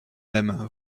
même